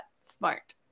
Smart